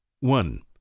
one